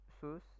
Sus